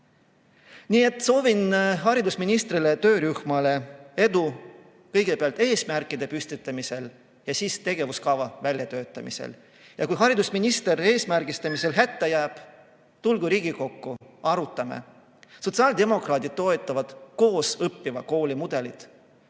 Nii et soovin haridusministrile ja töörühmale edu kõigepealt eesmärkide püstitamisel ja siis tegevuskava väljatöötamisel. Ja kui haridusminister eesmärgistamisel hätta jääb, tulgu Riigikokku, arutame! Sotsiaaldemokraadid toetavad koosõppiva kooli mudelit.